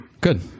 Good